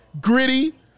gritty